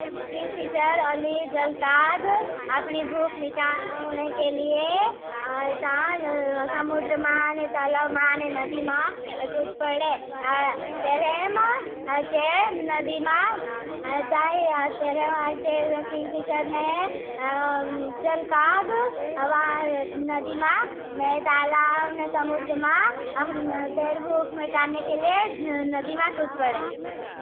King Fisher अली जल काग। अपनी भूक मिठाने के लिए जाँ समुद्र मां ने तालाव मां ने नदी मां कुछ पड़े। तेरेम अचे नदी मां जाए तेरेम। अचे किंग फिशर ने जल काग नदी मां ने तालाव ने समुद्र मां अपनी तेर भूक मिठाने के लिए नदी मां कुछ पड़े।